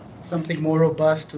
something more robust